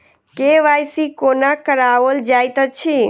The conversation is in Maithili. के.वाई.सी कोना कराओल जाइत अछि?